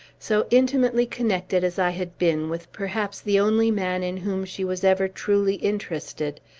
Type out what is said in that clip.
so intimately connected as i had been with perhaps the only man in whom she was ever truly interested,